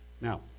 Now